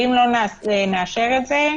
ואם לא נאשר את זה,